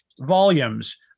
volumes